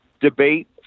debate